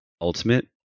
ultimate